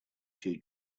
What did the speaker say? two